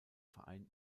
verein